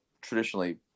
traditionally